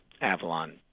Avalon